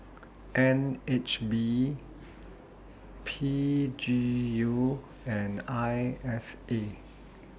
N H B P G U and I S A